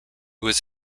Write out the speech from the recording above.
was